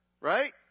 right